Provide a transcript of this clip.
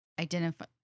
identify